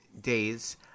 Days